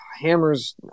hammers